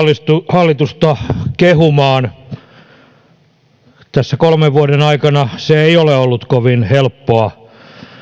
hallitusta kehumaan tässä kolmen vuoden aikana se ei ole ollut kovin helppoa